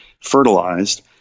fertilized